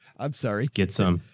i'm sorry, get some,